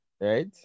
right